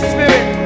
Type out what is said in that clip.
Spirit